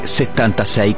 76